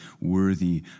worthy